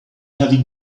heavy